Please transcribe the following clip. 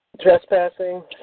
Trespassing